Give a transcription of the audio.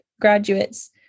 graduates